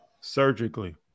Surgically